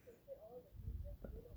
but